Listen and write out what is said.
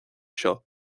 seo